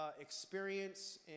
experience